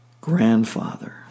grandfather